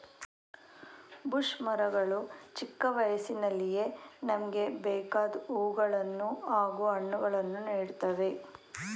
bush ಮರಗಳು ಚಿಕ್ಕ ವಯಸ್ಸಿನಲ್ಲಿಯೇ ನಮ್ಗೆ ಬೇಕಾದ್ ಹೂವುಗಳನ್ನು ಹಾಗೂ ಹಣ್ಣುಗಳನ್ನು ನೀಡ್ತವೆ